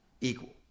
Equal